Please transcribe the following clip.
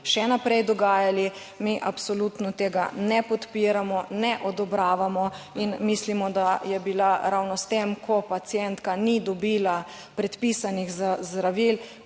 še naprej dogajali. Mi absolutno tega ne podpiramo, ne odobravamo in mislimo, da je bila ravno s tem, ko pacientka ni dobila predpisanih zdravil,